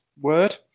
word